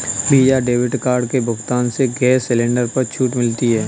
visa debit card के भुगतान से गैस सिलेंडर पर छूट मिलती है